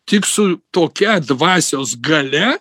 tik su tokia dvasios galia